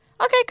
okay